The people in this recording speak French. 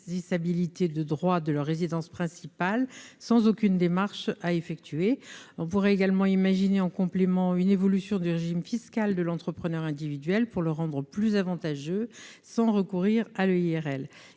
de droit de leur résidence principale sans aucune démarche à effectuer. On pourrait également imaginer en complément une évolution du régime fiscal de l'entrepreneur individuel, pour le rendre plus avantageux, sans recourir à l'EIRL.